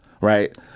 Right